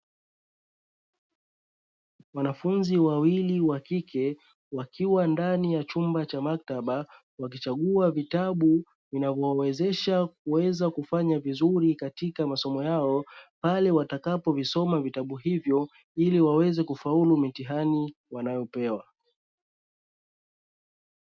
Wanafunzi wawili wa kike wakiwa ndani ya chumba cha maktaba wakichagua vitabu vinavyowawezesha kuweza kufanya vizuri katika masomo yao pale watakapovisoma vitabu hivyo ili waweze kufaulu mitihani wanayopewa.